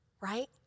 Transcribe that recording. right